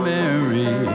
Mary